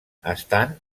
estan